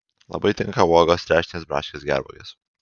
labai tinka uogos trešnės braškės gervuogės